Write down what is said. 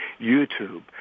YouTube